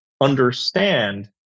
understand